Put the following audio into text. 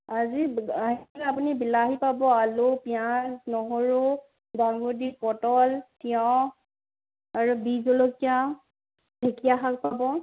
আজি আহিলে আপুনি বিলাহী পাব আলু পিঁয়াজ নহৰু দাংবডি পটল তিয়ঁহ আৰু বিহ জলকীয়া ঢেকিয়া শাক পাব